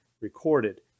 recorded